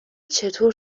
چطور